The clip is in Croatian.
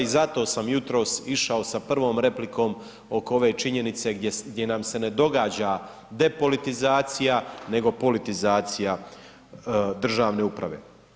I zato sam jutros išao sa prvom replikom oko ove činjenice gdje nam se ne događa depolitizacija nego politizacija državne uprave.